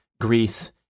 Greece